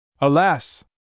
Alas